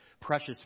precious